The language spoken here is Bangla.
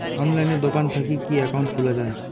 অনলাইনে দোকান থাকি কি একাউন্ট খুলা যায়?